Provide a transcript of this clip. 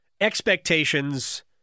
expectations